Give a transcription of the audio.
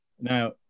now